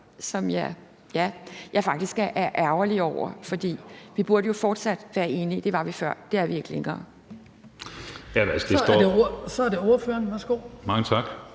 som jeg faktisk er ærgerlig over. Vi burde jo fortsat være enige. Det var vi før; det er vi ikke længere.